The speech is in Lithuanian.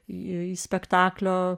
į spektaklio